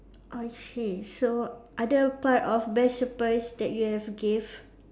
I see so other part of best surprise that you have gave